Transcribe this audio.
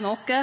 noko.